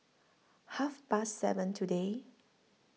Half Past seven today